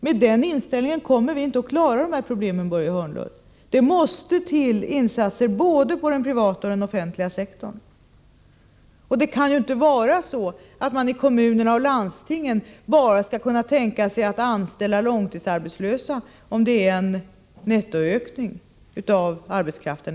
Med den inställningen kommer vi inte att klara de här problemen, Börje Hörnlund. Det måste till insatser inom både den privata och den offentliga sektorn. Det kan inte få vara så att kommunerna och landstingen bara kan tänka sig att anställa långtidsarbetslösa om det handlar om en nettoökning av arbetskraften.